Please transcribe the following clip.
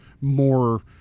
more